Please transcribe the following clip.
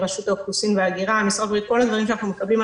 מרשות האוכלוסין וההגירה כל הדברים שאנחנו מקבלים,